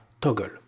Toggle